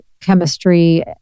chemistry